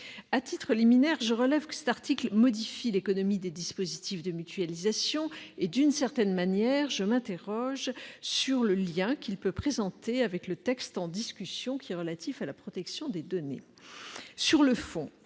À titre liminaire, il convient de relever que cet article modifie l'économie des dispositifs de mutualisation. On peut s'interroger sur le lien qu'il présente avec le texte en discussion, qui est relatif à la protection des données. Sur le fond,